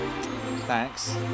Thanks